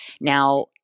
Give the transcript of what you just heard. Now